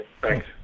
thanks